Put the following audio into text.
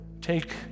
take